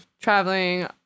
traveling